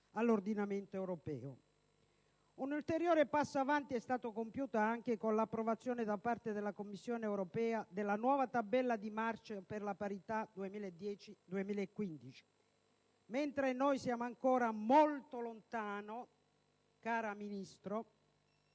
dell'ordinamento europeo. Un ulteriore passo avanti è stato compiuto anche con l'approvazione da parte della Commissione europea della nuova «Tabella di marcia per la parità 2010-2015», mentre noi siamo ancora molto, molto lontani